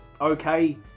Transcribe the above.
okay